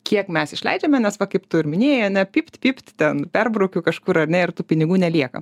kiek mes išleidžiame nes vat kaip tu ir minėjai pypt pypt ten perbraukiu kažkur ar ne ir tų pinigų nelieka